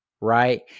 right